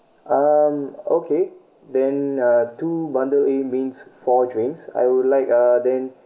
um okay then uh two bundle A means four drinks I would like uh then